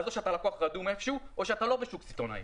אז או שאתה לקוח רדום איפה שהוא או שאתה לא בשוק הסיטונאי.